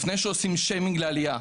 לפני שעושים שיימינג לעלייה,